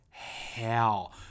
hell